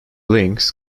links